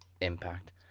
Impact